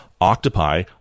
octopi